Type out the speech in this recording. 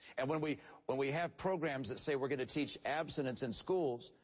and when we when we have programs that say we're going to teach abstinence in schools,